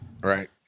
right